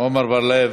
עמר בר-לב,